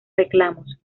reclamos